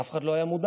אף אחד לא היה מודח,